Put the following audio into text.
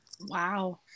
Wow